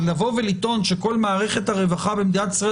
אבל לבוא ולטעון שכל מערכת הרווחה במדינת ישראל